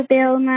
Bill